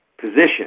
position